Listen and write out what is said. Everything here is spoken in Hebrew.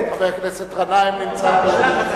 חבר הכנסת גנאים נמצא פה.